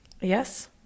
Yes